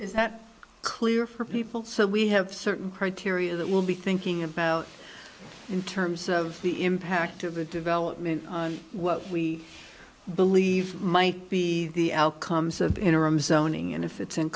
is that clear for people so we have certain criteria that will be thinking about in terms of the impact of a development on what we believe might be the outcomes of the interim zoning and if it's in